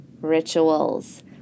rituals